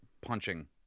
punching